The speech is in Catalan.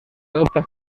adopta